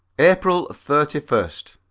april thirty first.